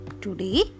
Today